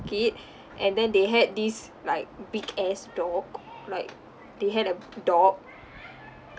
kid and then they had this like big ass dog like they had a dog